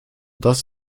das